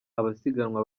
abasiganwa